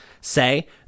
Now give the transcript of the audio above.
say